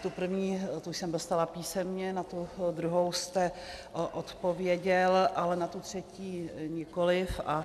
Tu první jsem dostala písemně, na tu druhou jste odpověděl, ale na tu třetí nikoliv.